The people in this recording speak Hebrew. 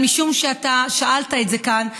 אבל משום שאתה שאלת את זה כאן,